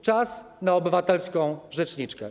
Czas na obywatelską rzeczniczkę.